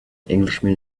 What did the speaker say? englishman